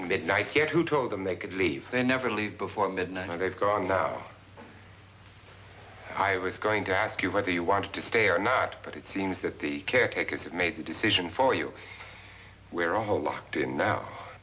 midnight here who told them they could leave and never leave before midnight and they've gone now i was going to ask you whether you wanted to stay or not but it seems that the caretakers have made the decision for you we're all home locked in now